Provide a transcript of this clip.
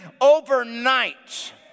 overnight